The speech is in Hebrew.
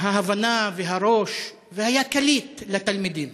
ההבנה והראש והיה קליט לתלמידים.